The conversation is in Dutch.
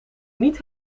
niet